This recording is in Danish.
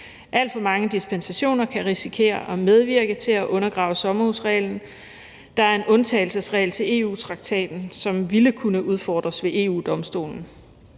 Alt for mange dispensationer kan risikere at medvirke til at undergrave sommerhusreglen, der er en undtagelsesregel til EU-traktaten, som ville kunne udfordres ved EU-Domstolen.